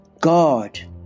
God